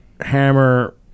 hammer